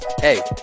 Hey